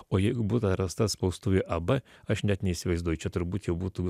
o jeigu būtų rasta spaustuvė arba aš net neįsivaizduoju čia turbūt jau būtų